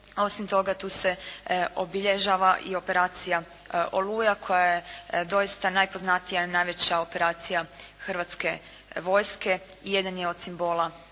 osim toga tu se obilježava i operacija «Oluja» koja je doista najpoznatija, najveća operacija hrvatske vojske i jedan je od simbola Domovinskog